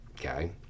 Okay